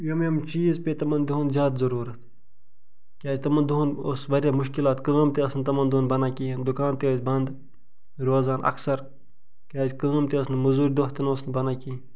یم یم چیٖز پیٚیہِ تِمَن دۄہن زیادٕ ضروٗرتھ کیازِ تِمَن دۄہن اوس واریاہ مُشکلات کٲم تہِ ٲس نہٕ تِمن دۄہن بنان کِہیٖنۍ دُکان تہِ ٲسۍ بنٛد روزان اکثر کیازِ کٲم تہِ ٲس نہٕ موٚزوٗرۍ دۄہ تہِ اوس نہٕ بنان کِہیٖنۍ